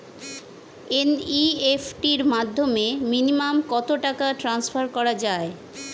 NEFT র মাধ্যমে minimum কত টাকা টান্সফার করা যায়?